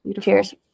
Cheers